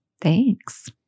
Thanks